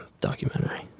documentary